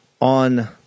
on